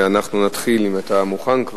אם אתה כבר מוכן,